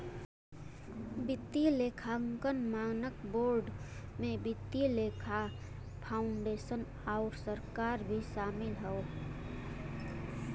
वित्तीय लेखांकन मानक बोर्ड में वित्तीय लेखा फाउंडेशन आउर सरकार भी शामिल हौ